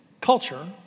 culture